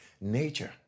nature